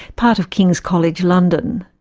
part of king's college, london.